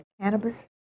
cannabis